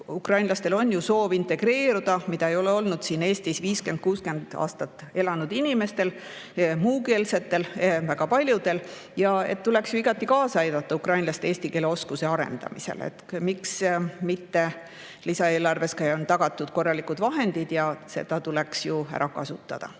ukrainlastel on ju soov integreeruda, mida ei ole olnud siin Eestis 50–60 aastat elanud muukeelsetel inimestel, väga paljudel, ja et tuleks ju igati kaasa aidata ukrainlaste eesti keele oskuse arendamisele, lisaeelarves on tagatud korralikud vahendid ja need tuleks ära kasutada.